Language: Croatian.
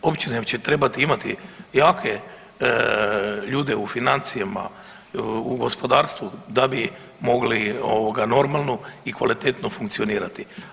Općine će trebat imati jake ljude u financijama i u gospodarstvu da bi mogli ovoga normalno i kvalitetno funkcionirati.